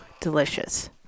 delicious